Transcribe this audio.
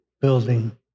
building